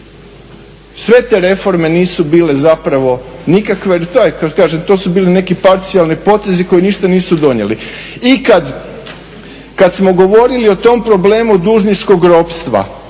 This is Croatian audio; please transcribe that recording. Sve te reforme nisu bile zapravo nikakve jer kažem to su bili neki parcijalni potezi koji ništa nisu donijeli. I kad smo govorili o tom problemu dužničkog ropstva,